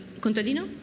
contadino